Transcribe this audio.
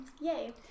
yay